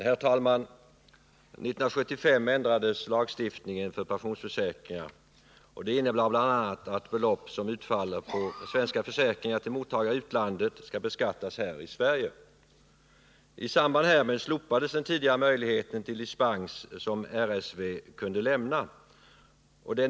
Herr talman! År 1975 ändrades lagstiftningen för pensionsförsäkringar. Ändringarna innebär bl.a. att belopp som utfaller på svenska försäkringar till mottagare i utlandet skall beskattas här i Sverige. I samband härmed slopades den tidigare möjligheten till dispens, som riksskatteverket kunde lämna.